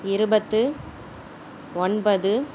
இருபத்தி ஒன்பது